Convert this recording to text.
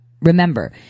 Remember